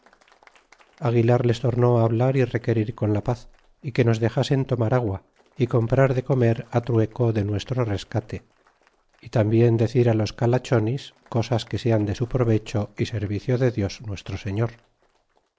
aguilar les tornó hablar y requerir con la paz y que nos dexasen tomar agua y comprar de comer trueco de nuestro rescate y tambien decir los calachonis cosas que sean de su provecho y servicio de dios nuestro señor